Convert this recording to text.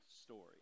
story